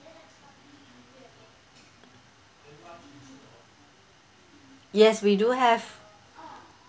yes we do have